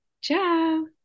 Ciao